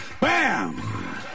Bam